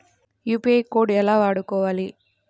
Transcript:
UPI code ఎలా వాడుకోవాలి?